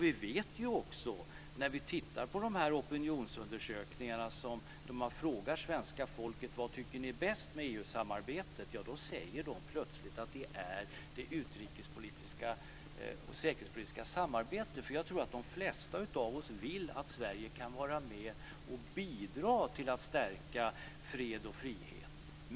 Vi vet ju också att i de opinionsundersökningar där svenska folket får frågan vad de tycker är bäst med EU-samarbetet säger de plötsligt att det är det utrikesoch säkerhetspolitiska samarbetet. Jag tror att de flesta av oss vill att Sverige ska kunna vara med och bidra till att stärka fred och frihet.